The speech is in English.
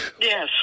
Yes